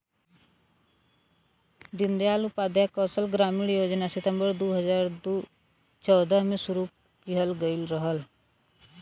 दीन दयाल उपाध्याय कौशल ग्रामीण योजना सितम्बर दू हजार चौदह में शुरू किहल गयल रहल